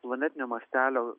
planetinio mastelio